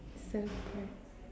best prize